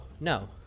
no